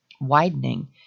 widening